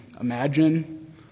imagine